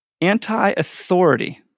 anti-authority